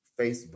Facebook